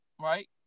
right